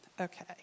Okay